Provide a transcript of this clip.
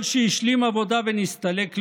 כל שהשלים עבודה ונסתלק לו,